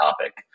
topic